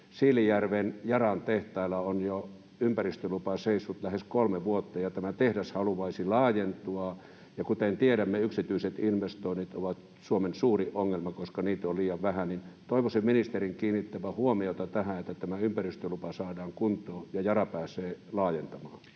Siilinjärven Yaran tehtailla on jo ympäristölupa seissyt lähes kolme vuotta ja tämä tehdas haluaisi laajentua. Ja kuten tiedämme, yksityiset investoinnit ovat Suomen suurin ongelma, koska niitä on liian vähän, niin että toivoisin ministerin kiinnittävän huomiota tähän, että tämä ympäristölupa saadaan kuntoon ja Yara pääsee laajentamaan.